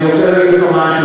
אני רוצה להגיד לך משהו,